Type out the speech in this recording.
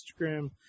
Instagram